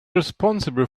responsible